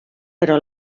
però